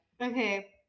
Okay